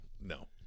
no